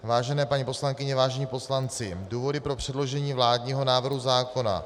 Vážené paní poslankyně, vážení poslanci, důvody pro předložení vládního návrhu zákona